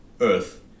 earth